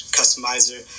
customizer